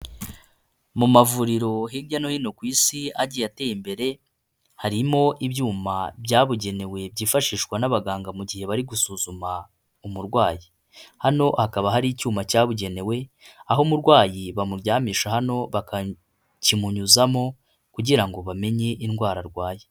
Mu mavuriro hirya no hino ku isi, agiye ateye imbere, harimo ibyuma byabugenewe, byifashishwa n'abaganga mu gihe bari gusuzuma umurwayi. Hano hakaba hari icyuma cyabugenewe, aho umurwayi bamuryamisha hano, bakakimunyuzamo, kugira ngo bamenye indwara arwaye.